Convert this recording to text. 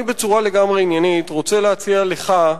אני בצורה לגמרי עניינית רוצה להציע לך,